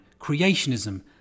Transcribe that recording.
creationism